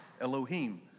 elohim